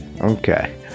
okay